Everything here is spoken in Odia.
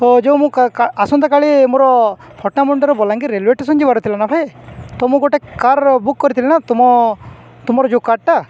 ତ ଯୋଉ ମୁଁ ଆସନ୍ତା କାଲି ମୋର ଫଟାମୁଣ୍ଡରୁ ବଲାଙ୍ଗିର ରେଲୱେ ଷ୍ଟେସନ୍ ଯିବାର ଥିଲା ନା ଭାଇ ତ ମୁଁ ଗୋଟେ କାର୍ ବୁକ୍ କରିଥିଲି ନା ତୁମ ତୁମର ଯୋଉ କାର୍ଟା